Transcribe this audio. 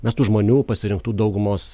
mes tų žmonių pasirinktų daugumos